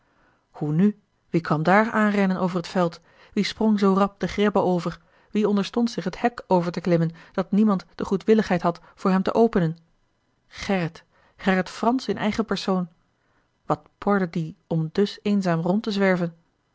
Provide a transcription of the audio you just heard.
hoe nu wie kwam daar aanrennen over t veld wie sprong zoo rab de grebbe over wie onderstond zich het hek over te klimmen dat niemand de goedwilligheid had voor hem te openen gerrit gerrit fransz in eigen persoon wat porde dien om dus eenzaam rond te zwerven